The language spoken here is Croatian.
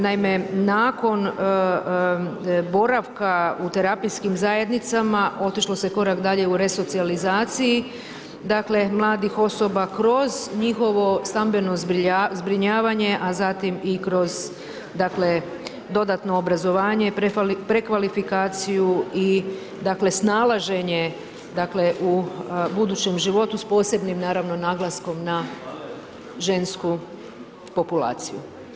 Naime, nakon boravka u terapijskim zajednicama otišlo se korak dalje u resocijalizaciji dakle mladih osoba kroz njihovo stambeno zbrinjavanje, a zatim i kroz dakle dodatno obrazovanje, prekvalifikaciju i dakle snalaženje dakle u budućem životu s posebnim naravno naglaskom na žensku populaciju.